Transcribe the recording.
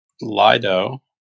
Lido